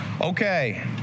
Okay